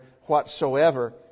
whatsoever